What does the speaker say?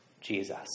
Jesus